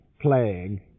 playing